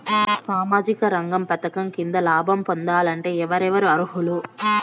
సామాజిక రంగ పథకం కింద లాభం పొందాలంటే ఎవరెవరు అర్హులు?